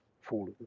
fall